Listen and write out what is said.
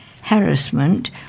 harassment